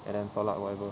and then solat whatever